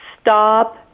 Stop